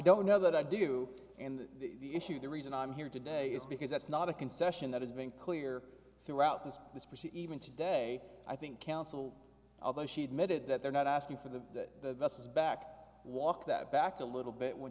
don't know that i do and the issue the reason i'm here today is because that's not a concession that has been clear throughout this is pretty even today i think counsel although she admitted that they're not asking for the best back walk that back a little bit when